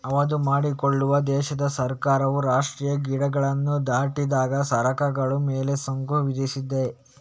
ಆಮದು ಮಾಡಿಕೊಳ್ಳುವ ದೇಶದ ಸರ್ಕಾರವು ರಾಷ್ಟ್ರೀಯ ಗಡಿಗಳನ್ನ ದಾಟಿದಾಗ ಸರಕುಗಳ ಮೇಲೆ ಸುಂಕ ವಿಧಿಸ್ತದೆ